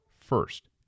first